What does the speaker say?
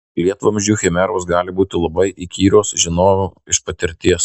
lietvamzdžių chimeros gali būti labai įkyrios žinojau iš patirties